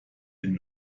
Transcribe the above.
den